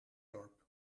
dorp